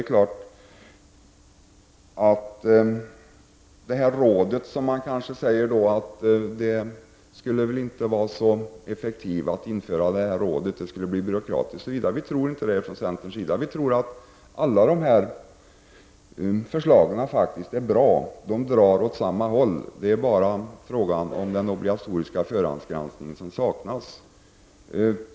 Man säger att det kanske inte skulle vara så effektivt att införa det här rådet, att det skulle bli byråkratiskt osv. Vi tror inte det från centerns sida. Vi tror att alla dessa förslag faktiskt är bra. De drar åt samma håll. Det är bara frågan om den obligatoriska förhandsgranskningen som saknas.